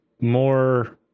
more